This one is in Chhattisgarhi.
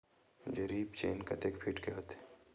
जरीब चेन कतेक फीट के होथे?